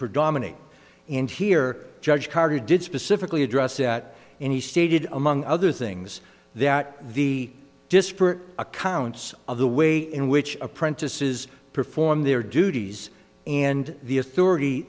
predominate and here judge carter did specifically address that and he stated among other things that the disparate accounts of the way in which apprentices perform their duties and the authority